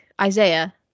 Isaiah